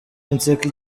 inseko